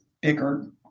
bigger